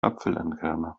apfelentkerner